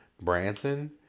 Branson